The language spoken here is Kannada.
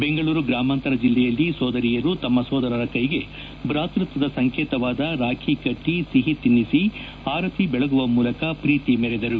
ಬೆಂಗಳೂರು ಗ್ರಾಮಾಂತರ ಜಿಲ್ಲೆಯಲ್ಲಿ ಸೋದರಿಯರು ತಮ್ಮ ಸೋದರರ ಕೈಗೆ ಭಾತೃತ್ವದ ಸಂಕೇತವಾದ ರಾಖಿ ಕಟ್ಟಿ ಸಿಹಿ ತಿನ್ನಿಸಿ ಆರತಿ ಬೆಳಗುವ ಮೂಲಕ ಪ್ರೀತಿ ಮೆರೆದರು